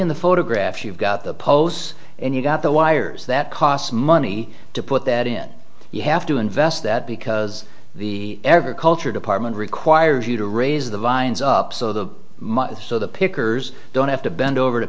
in the photograph you've got the pose and you've got the wires that costs money to put that in you have to invest that because the every culture department requires you to raise the vines up so the much so the pickers don't have to bend over to